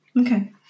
Okay